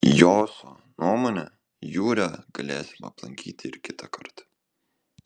joso nuomone jūrę galėsim aplankyti ir kitąkart